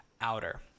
outer